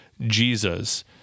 Jesus